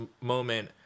moment